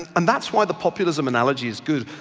and that's why the populism analogy is good.